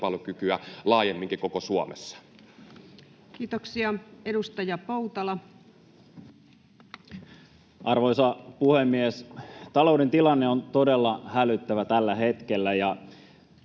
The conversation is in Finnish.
laajemminkin koko Suomessa. Kiitoksia. — Edustaja Poutala. Arvoisa puhemies! Talouden tilanne on todella hälyttävä tällä hetkellä.